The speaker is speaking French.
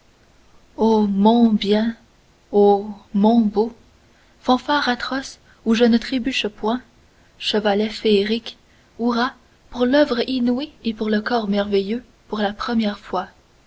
o mon bien o mon beau fanfare atroce où je ne trébuche point chevalet féerique hourra pour l'oeuvre inouïe et pour le corps merveilleux pour la première fois